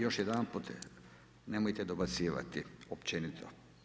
Još jedanput, nemojte dobacivati općenito.